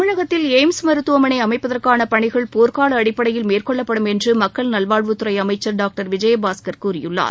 தமிழகத்தில் எய்ம்ஸ் மருத்துவமனை அமைப்பதற்கான பணிகள் போர்க்கால அடிப்படையில் மேற்கொள்ளப்படும் என்று மக்கள் நல்வாழ்வுத் துறை அமைச்சர் டாக்டர் விஜயபாஸ்கர் கூறியுள்ளார்